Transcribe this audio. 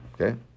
Okay